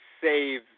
save